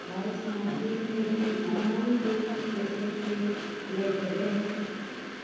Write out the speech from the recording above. आयज मागीर मेरेन अमूल कूल कॅफे पेय मेळटले